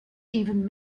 even